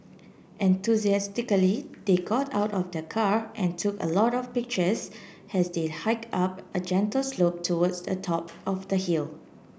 enthusiastically they got out of the car and took a lot of pictures as they hike up a gentle slope towards the top of the hill